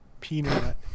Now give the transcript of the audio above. peanut